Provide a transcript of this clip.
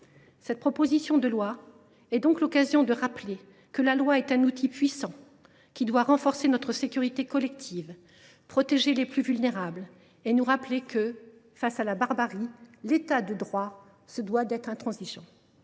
Cette proposition de loi est l’occasion de rappeler que la loi est un outil puissant, qui doit renforcer notre sécurité collective, protéger les plus vulnérables. Face à la barbarie, l’État de droit doit être intransigeant.